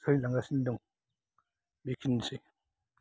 सोलिलांगासिनो दं बेखिनिसै